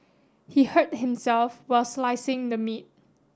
he hurt himself while slicing the meat